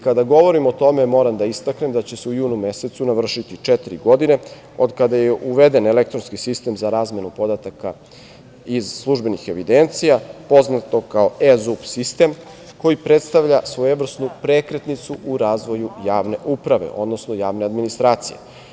Kada govorim o tome, moram da istaknem da će se u junu mesecu navršiti četiri godine od kada je uveden elektronski sistem za razmenu podataka iz službenih evidencija, poznato kao eZUP sistem koji predstavlja svojevrsnu prekretnicu u razvoju javne uprave, odnosno javne administracije.